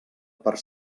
per